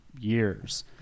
years